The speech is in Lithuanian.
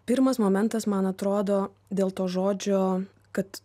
pirmas momentas man atrodo dėl to žodžio kad